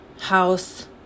house